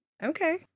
Okay